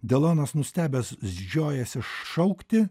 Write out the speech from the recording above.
delonas nustebęs žiojasi šaukti